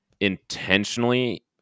intentionally